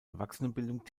erwachsenenbildung